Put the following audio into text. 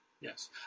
Yes